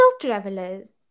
travelers